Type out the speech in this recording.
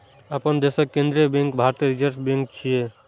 अपना देशक केंद्रीय बैंक भारतीय रिजर्व बैंक छियै